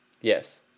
Yes